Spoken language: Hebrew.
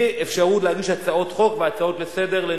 אי-אפשרות להגיש הצעות חוק והצעות לסדר-היום,